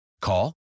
Call